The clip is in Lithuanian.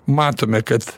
matome kad